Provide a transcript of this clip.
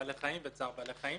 גם במחלות בעלי חיים וצער בעלי חיים.